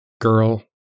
girl